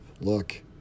Look